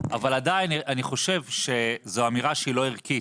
אבל עדיין אני חושב שזו אמירה שהיא לא ערכית